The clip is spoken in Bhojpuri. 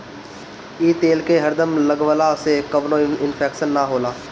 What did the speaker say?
इ तेल के हरदम लगवला से कवनो इन्फेक्शन ना होला